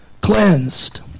cleansed